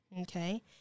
Okay